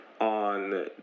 on